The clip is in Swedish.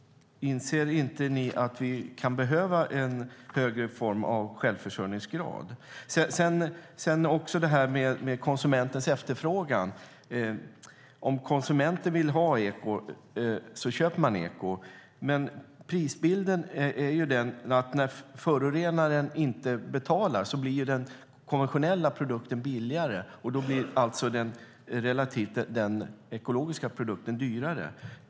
Inser ni inte att vi kan behöva en högre självförsörjningsgrad? Du talade om efterfrågan från konsumenten, Åsa Coenraads, och att om man vill ha eko köper man eko, men prisbilden är den att när förorenaren inte betalar blir den konventionella produkten billigare, och då blir relativt den ekologiska produkten dyrare.